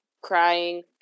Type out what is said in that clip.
crying